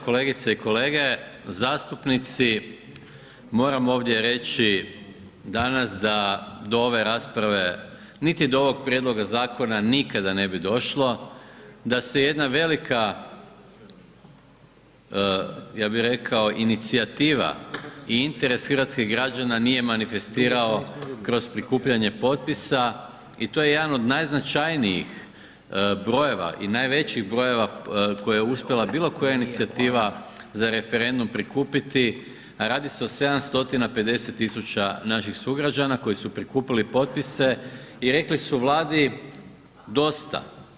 Kolegice i kolege zastupnici, moram ovdje reći danas da do ove rasprave niti do ovog prijedloga zakona nikada ne bi došlo da se jedna velika ja bi rekao inicijativa i interes hrvatskih građana nije manifestirao kroz prikupljanje potpisa i to je jedan od najznačajnijih brojeva i najvećih brojeva koje uspjela bilokoja inicijativa za referendum prikupiti, radi o 750 000naših sugrađana koji su prikupili potpise i rekli su Vladi dosta.